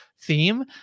theme